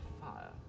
fire